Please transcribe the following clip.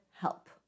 help